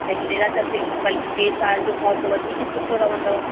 त हिन लाइ त टे बल्कि टे साल जो अथव त वधीक सुठो रहंदो